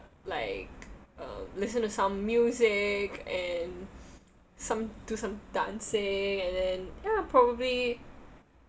like uh listen to some music and some do some dancing and then ya probably